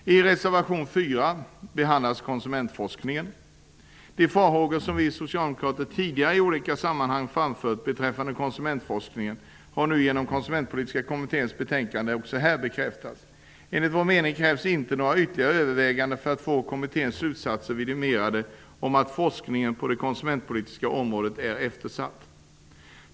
De farhågor som vi socialdemokrater tidigare i olika sammanhang framfört beträffande konsumentforskningen har nu genom Konsumentpolitiska kommitténs betänkande också här bekräftats. Enligt vår mening krävs det inte några ytterligare överväganden för att få kommitténs slutsatser vidimerade om att forskningen på det konsumentpolitiska området är eftersatt.